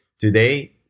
Today